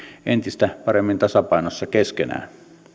entistä paremmin tasapainossa keskenään